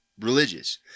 religious